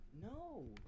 No